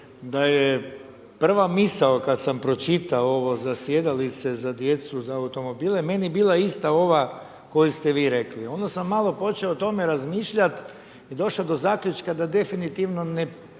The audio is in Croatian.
da je prva misao kada sam pročitao ovo za sjedalice za djecu za automobile meni bila ista ova koju ste vi rekli. Onda sam malo počeo o tome razmišljati i došao do zaključka da definitivno ne